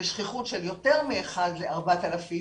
בשכיחות של יותר מאחד ל-4,000,